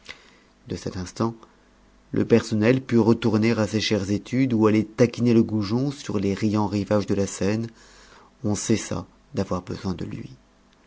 de cet instant le personnel put retourner à ses chères études ou aller taquiner le goujon sur les riants rivages de la seine on cessa d'avoir besoin de lui